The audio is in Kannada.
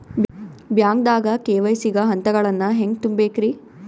ಬ್ಯಾಂಕ್ದಾಗ ಕೆ.ವೈ.ಸಿ ಗ ಹಂತಗಳನ್ನ ಹೆಂಗ್ ತುಂಬೇಕ್ರಿ?